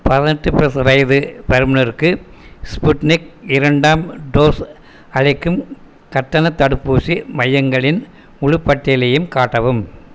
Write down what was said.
பதினெட்டு ப்ளஸ் வயது வரம்பினருக்கு ஸ்புட்னிக் இரண்டாம் டோஸ் அளிக்கும் கட்டணத் தடுப்பூசி மையங்களின் முழுப் பட்டியலையும் காட்டவும்